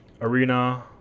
Arena